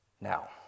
Now